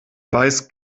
weiß